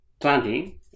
planting